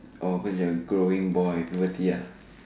orh cause you are a growing boy puberty ya